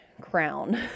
crown